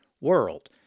world